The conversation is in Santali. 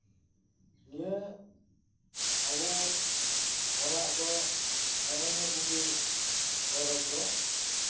ᱱᱤᱭᱟᱹ ᱟᱵᱚ ᱦᱚᱲᱟᱜ ᱫᱚ ᱦᱮᱸᱜᱼᱮ ᱱᱤᱭᱟᱹ ᱠᱚᱜᱮ ᱯᱚᱨᱚᱵᱽ ᱫᱚ